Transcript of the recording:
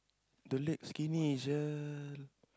the leg skinny sia